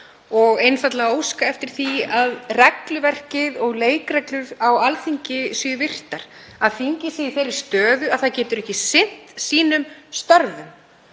og óska eftir því að regluverkið og leikreglur á Alþingi séu virtar, að þingið sé í þeirri stöðu að það getur ekki sinnt sínum störfum,